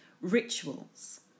rituals